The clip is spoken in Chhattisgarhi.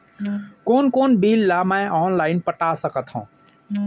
कोन कोन बिल ला मैं ऑनलाइन पटा सकत हव?